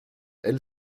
elle